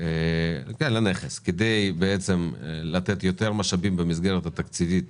כדי לתת יותר משאבים במסגרת התקציבית